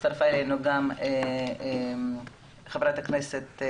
הצטרפה אלינו גם חברת הכנסת